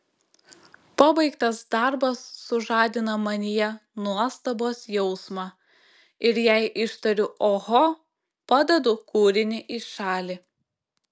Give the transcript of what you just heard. pabaigtas darbas sužadina manyje nuostabos jausmą ir jei ištariu oho padedu kūrinį į šalį